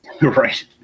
Right